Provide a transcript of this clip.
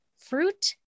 fruit